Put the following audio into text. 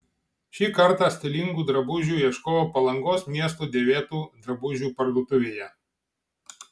šį kartą stilingų drabužių ieškojo palangos miesto dėvėtų drabužių parduotuvėje